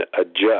adjust